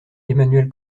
emmanuel